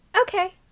Okay